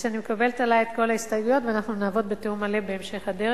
ושאני מקבלת עלי את כל ההסתייגויות ואנחנו נעבוד בתיאום מלא בהמשך הדרך.